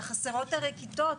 חסרות הרי כיתות,